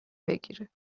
بگیره